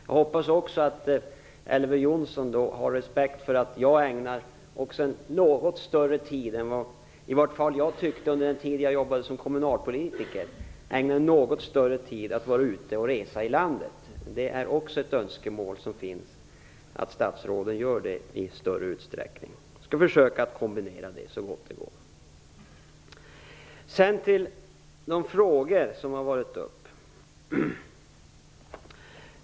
Jag hoppas också att Elver Jonsson då har respekt för att jag ägnar något större tid än under min period som kommunalpolitiker åt att resa ute i landet. Det finns ett önskemål att statsråden i större utsträckning skall göra det. Jag skall så gott det går försöka hinna med det. Jag övergår så till de frågor som varit uppe.